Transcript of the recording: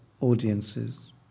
audiences